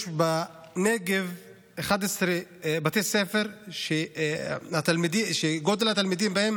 יש בנגב 11 בתי ספר שמספר התלמידים בהם